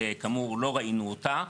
שכאמור לא ראינו אותה.